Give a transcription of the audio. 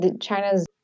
China's